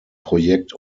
projekt